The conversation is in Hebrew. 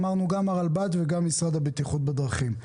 אמרנו גם הרלב"ד וגם המשרד לבטיחות בדרכים.